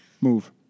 Move